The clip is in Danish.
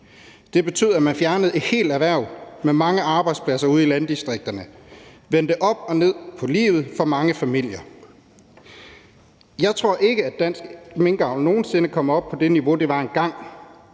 Det betød, at man fjernede et helt erhverv med mange arbejdspladser ude i landdistrikterne og vendte op og ned på livet for mange familier. Jeg tror ikke, at dansk minkavl nogen sinde kommer op på det niveau, det var på engang,